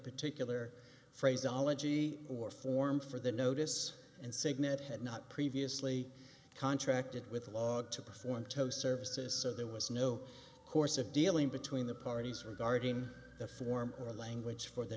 particular phrase ology or form for the notice and signet had not previously contracted with log to perform toast services so there was no course of dealing between the parties regarding the form or language for the